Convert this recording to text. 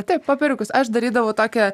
taip popieriukus aš darydavau tokią